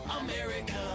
America